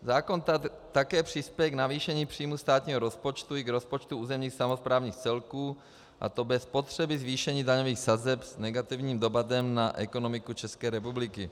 Zákon také přispěje k navýšení příjmů státního rozpočtu i rozpočtů územních samosprávních celků, a to bez potřeby zvýšení daňových sazeb s negativním dopadem na ekonomiku České republiky.